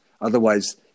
Otherwise